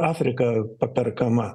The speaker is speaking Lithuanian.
afrika paperkama